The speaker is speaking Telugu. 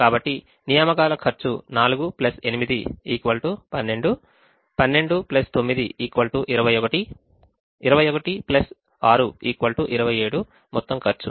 కాబట్టి నియామకాలు ఖర్చు 4 8 12 12 9 21 21 6 27 మొత్తం ఖర్చు